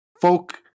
folk